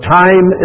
time